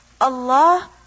Allah